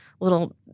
little